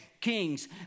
Kings